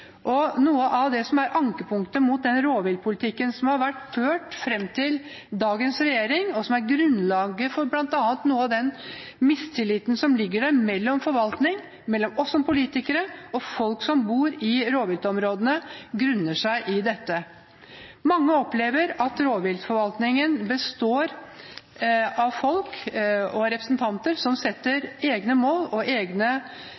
økt. Noe av ankepunktet mot den rovviltpolitikken som har vært ført fram til dagens regjering, og som bl.a. er grunnlaget for noe av den mistilliten som ligger der mellom forvaltning, oss som politikere og folk som bor i rovviltområdene, ligger til grunn for dette. Mange opplever at rovviltforvaltningen består av folk og representanter som setter egne